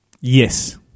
yes